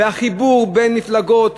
והחיבור בין מפלגות,